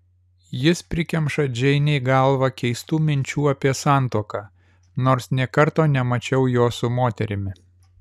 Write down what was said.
jis prikemša džeinei galvą keistų minčių apie santuoką nors nė karto nemačiau jo su moterimi